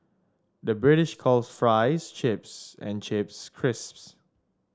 the British calls fries chips and chips crisps